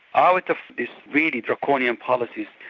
ah like of this really draconian policies,